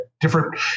different